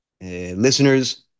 listeners